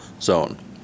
zone